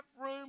room